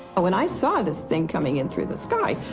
when i saw this thing coming in through the sky,